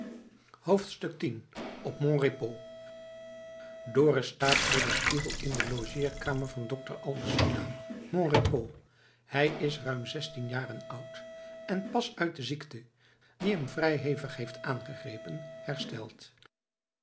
x op mon repos dorus staat voor den spiegel in de logeerkamer van dokter abels villa mon repos hij is ruim zestien jaren oud en pas uit de ziekte die hem vrij hevig heeft aangegrepen hersteld